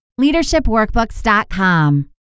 leadershipworkbooks.com